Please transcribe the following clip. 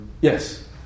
Yes